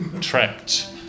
trapped